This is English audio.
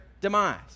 demise